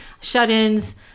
shut-ins